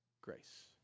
Grace